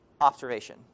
observation